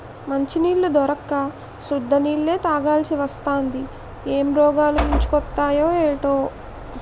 మంచినీళ్లు దొరక్క సుద్ద నీళ్ళే తాగాలిసివత్తాంది ఏం రోగాలు ముంచుకొత్తయే ఏటో